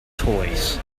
toys